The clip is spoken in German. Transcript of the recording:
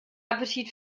appetit